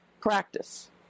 practice